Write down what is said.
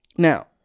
now